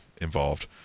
involved